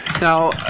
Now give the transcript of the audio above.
Now